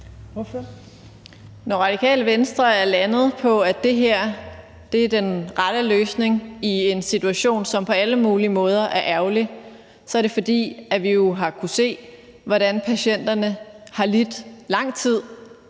Når Radikale Venstre er landet på, at det her er den rette løsning i en situation, som på alle mulige måder er ærgerlig, er det, fordi vi har kunnet se, hvordan patienterne har lidt i lang tid